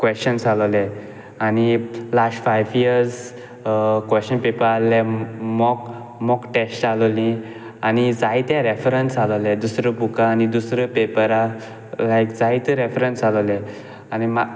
questions आसलोले आनी last five years question paper आहले मॉक मॉक टॅस्ट आहलोली आनी जायते रेफरंस आहलोले दुसरो बुका आनी दुसरो पेपरार जायते रेफरंस आहलोले